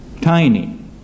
tiny